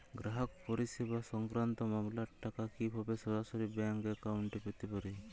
গ্রাহক পরিষেবা সংক্রান্ত মামলার টাকা কীভাবে সরাসরি ব্যাংক অ্যাকাউন্টে পেতে পারি?